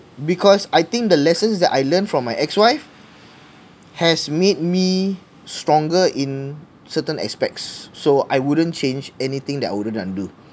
because I think the lessons that I learnt from my ex wife has made me stronger in certain aspects so I wouldn't change anything that I wouldn't undo